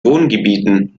wohngebieten